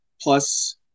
plus